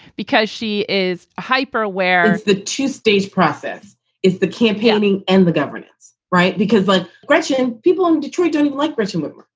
because she is hyper aware is the two stage process is the campaigning and the governance right. because one but question people in detroit don't like, presumably.